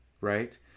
right